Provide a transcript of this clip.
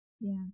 Yes